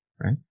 Right